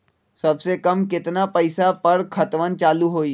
सबसे कम केतना पईसा पर खतवन चालु होई?